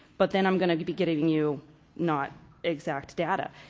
but then i'm going to be getting you not exact data.